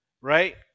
right